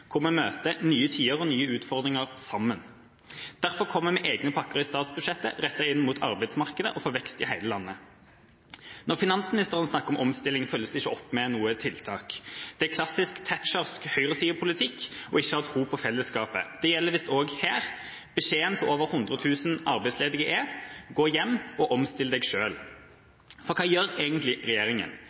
nye tider og nye utfordringer sammen. Derfor kommer vi med egne pakker i statsbudsjettet rettet inn mot arbeidsmarkedet og for vekst i hele landet. Når finansministeren snakker om omstilling, følges det ikke opp med noe tiltak. Det er klassisk thatchersk høyresidepolitikk ikke å ha tro på fellesskapet. Det gjelder visst også her. Beskjeden til over 100 000 arbeidsledige er: Gå hjem og omstill deg selv. For hva gjør egentlig